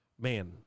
man